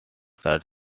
search